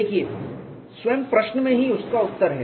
देखिए स्वयं प्रश्न में ही उसका उत्तर है